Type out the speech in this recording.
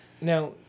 Now